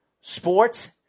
Sports